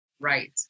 Right